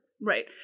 Right